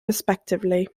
respectively